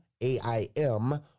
A-I-M